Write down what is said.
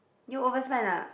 you overspend ah